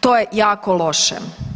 To je jako loše.